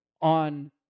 On